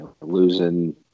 Losing